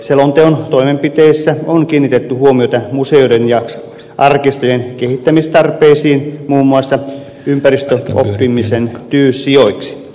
selonteon toimenpiteissä on kiinnitetty huomiota museoiden ja arkistojen kehittämistarpeisiin muun muassa ympäristöoppimisen tyyssijoiksi